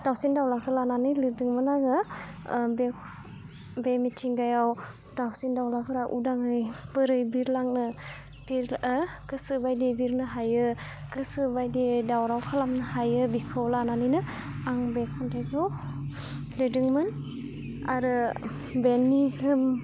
दावसिन दावलाखौ लानानै लिरदोंमोन आङो बे बे मिथिंगायाव दावसिन दावलाफोरा उदांयै बोरै बिरलांनो बिर गोसोबायदि बिरनो हायो गोसोबायदि दावराव खालामनो हायो बिखौ लानानैनो आं बे खन्थाइखौ लिरदोंमोन आरो बे निजोम